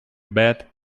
bad